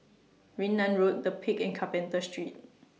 Yunnan Road The Peak and Carpenter Street